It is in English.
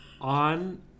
on